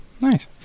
nice